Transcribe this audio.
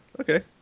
okay